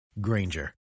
Granger